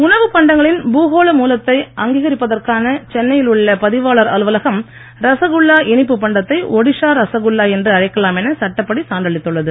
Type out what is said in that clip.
உணவுப் பண்டங்களின் பூகோள மூலத்தை அங்கீகரிப்பதற்கான சென்னையில் உள்ள பதிவாளர் அலுவலகம் ரசகுல்லா இனிப்புப் பண்டத்தை ஒடிஷா ரசகுல்லா என்று அழைக்கலாம் என சட்டப்படி சான்றளித்துள்ளது